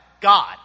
God